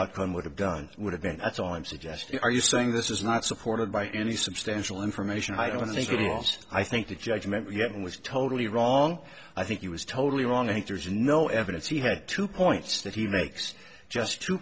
outcome would have guns would have been that's all i'm suggesting are you saying this is not supported by any substantial information i don't think it was i think the judgment yet was totally wrong i think he was totally wrong i think there's no evidence he had two points that he makes just two